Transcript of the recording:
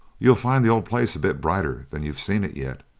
you'll find the old place a bit brighter than you've seen it yet,